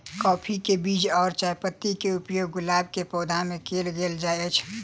काफी केँ बीज आ चायपत्ती केँ उपयोग गुलाब केँ पौधा मे केल केल जाइत अछि?